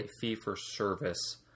fee-for-service